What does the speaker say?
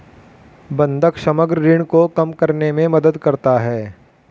बंधक समग्र ऋण को कम करने में मदद करता है